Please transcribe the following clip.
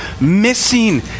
missing